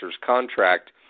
contract